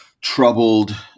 troubled